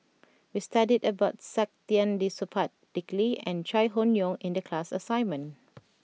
we studied about Saktiandi Supaat Dick Lee and Chai Hon Yoong in the class assignment